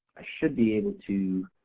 i should be able to